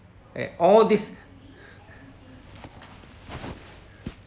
and all this